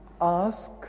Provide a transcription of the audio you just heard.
ask